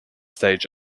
stage